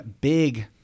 big